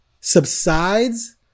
subsides